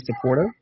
supportive